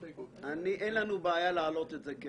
אין לנו בעיה להעלות את זה.